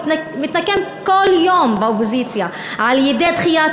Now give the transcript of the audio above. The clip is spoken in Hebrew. מתנקם כל יום באופוזיציה על-ידי דחיית